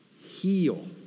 heal